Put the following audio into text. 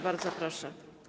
Bardzo proszę.